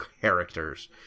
characters